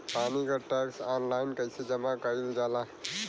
पानी क tax online कईसे जमा कईल जाला?